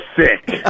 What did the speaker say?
sick